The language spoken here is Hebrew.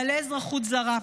בעלי אזרחות זרה.